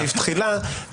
בסעיף תחילה.